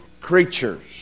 creatures